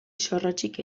zorrotzik